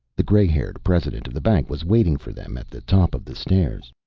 the gray-haired president of the bank was waiting for them at the top of the stairs.